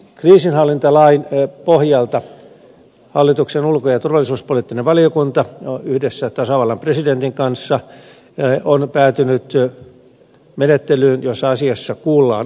kriisinhallintalain pohjalta hallituksen ulko ja turvallisuuspoliittinen valiokunta yhdessä tasavallan presidentin kanssa on päätynyt menettelyyn jossa asiassa kuullaan ulkoasiainvaliokuntaa